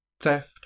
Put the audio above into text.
Theft